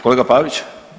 Kolega Pavić?